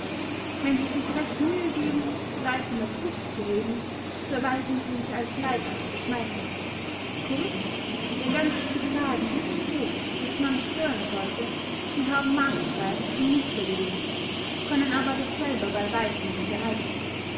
wenn sie sich recht mühe geben frey von der brust zu reden so erweisen sie sich als leibhafte schmeichler kurz ihr ganzes betragen ist so daß man schwören sollte sie haben marktschreyer zum muster gewählt können aber dasselbe bey weitem nicht erreichen